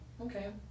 Okay